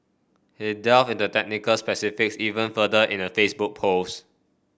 he delved in the technical specifics even further in a Facebook post